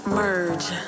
merge